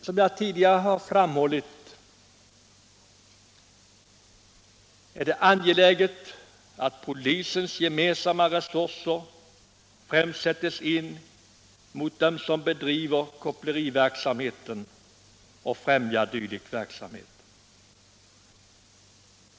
Som jag tidigare har framhållit är det angeläget att polisens gemensamma resurser främst sätts in mot dem som bedriver koppleriverksamhet eller främjar dylik verksamhet.